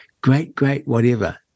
Great-great-whatever